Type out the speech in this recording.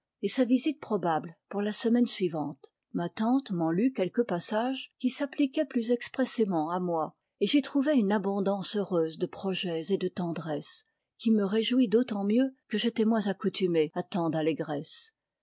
et sa visite probable pour la semaine suivante ma tante m'en lut quelques passages qui s'appliquaient plus expressément à moi et j'y trouvai une abondance heureuse de projets et de tendresse qui me réjouit d'autant mieux que j'étais moins accoutumé